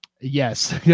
Yes